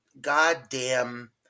goddamn